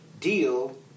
deal